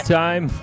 time